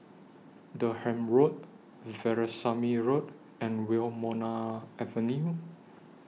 Durham Road Veerasamy Road and Wilmonar Avenue